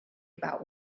about